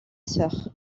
sœur